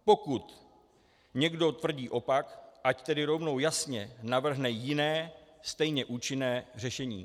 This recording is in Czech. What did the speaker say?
Pokud někdo tvrdí opak, ať tedy rovnou jasně navrhne jiné, stejně účinné řešení.